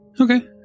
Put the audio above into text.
Okay